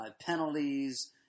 penalties